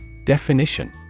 Definition